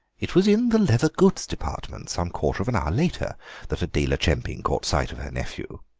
it was in the leather goods department some quarter of an hour later that adela chemping caught sight of her nephew,